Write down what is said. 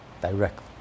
Directly